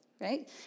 right